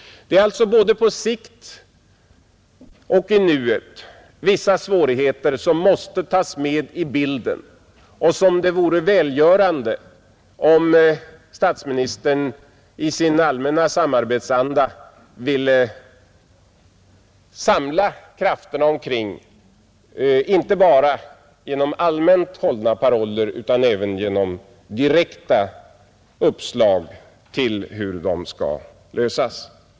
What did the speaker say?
Det är alltså både på sikt och i nuet vissa svårigheter som måste tas med i bilden och som det vore välgörande om statsministern i sin allmänna samarbetsanda ville samla krafterna omkring, inte bara genom allmänt hållna paroller utan även genom direkta uppslag om hur dessa svårigheter skall lösas.